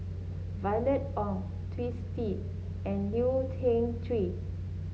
Violet Oon Twisstii and Leu Yew Chye